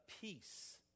peace